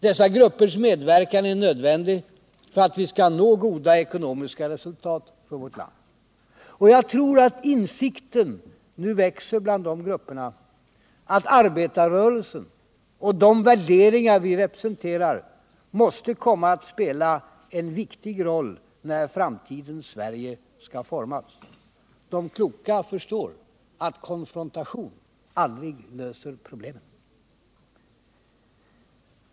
Dessa gruppers medverkan är nödvändig för att vi skall nå goda ekonomiska resultat för vårt land. Och jag tror att insikten nu växer bland dessa grupper att arbetarrörelsen och de värderingar vi representerar måste komma att spela en viktig roll när framtidens Sverige skall formas. De kloka förstår att konfrontation aldrig löser problem.